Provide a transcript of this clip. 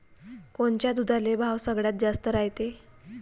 कोनच्या दुधाले भाव सगळ्यात जास्त रायते?